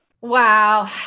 Wow